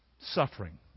suffering